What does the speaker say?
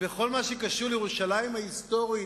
בכל מה שקשור לירושלים ההיסטורית,